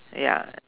ya